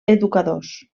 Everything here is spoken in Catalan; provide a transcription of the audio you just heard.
educadors